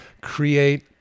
create